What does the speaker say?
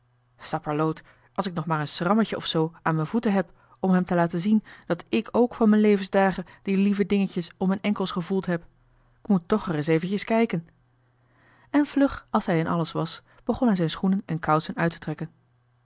sapperloot als ik nog maar een schrammetje of zoo aan m'n voeten heb om hem te laten zien dat ik ook van m'n levensdagen die lieve dingetjes om m'n enkels gevoeld heb k moet toch ereis eventjes kijken en vlug als hij in alles was begon hij z'n schoenen en kousen uit te trekken